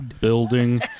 building